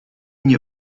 nie